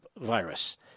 virus